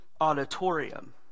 auditorium